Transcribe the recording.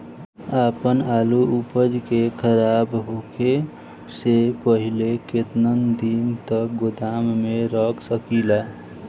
आपन आलू उपज के खराब होखे से पहिले केतन दिन तक गोदाम में रख सकिला?